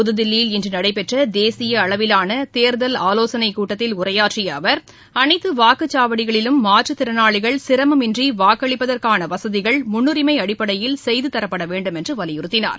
புததில்லியில் இன்று நடைபெற்ற தேசிய அளவிலான தேர்தல் ஆலோசனைக்கூட்டத்தில் உரையாற்றிய அவர் அனைத்து வாக்குச்சாவடிகளிலும் மாற்றுத்திறனாளிகள் சிரமமின்றி வாக்களிப்பதற்கான வசதிகள் முன்னுரிமை அடிப்படையில் செய்துதரப்பட வேண்டும் என்றும் வலியுறுத்தினார்